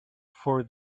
for